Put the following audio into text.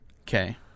Okay